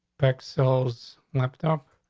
back sells laptop.